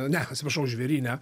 ne atsiprašau žvėryne